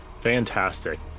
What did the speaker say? Fantastic